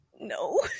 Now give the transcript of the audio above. no